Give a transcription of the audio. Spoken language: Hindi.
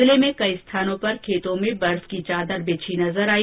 जिले में कई स्थानों पर खेतो में बर्फ की चादर बिछी नजर आई